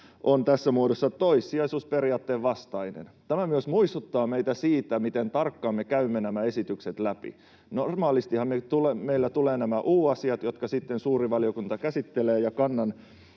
on tässä muodossa toissijaisuusperiaatteen vastainen. Tämä myös muistuttaa meitä siitä, miten tarkkaan me käymme nämä esitykset läpi. Normaalistihan meille tulevat nämä U-asiat, jotka sitten suuri valiokunta käsittelee ja kannan